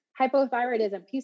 hypothyroidism